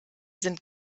sind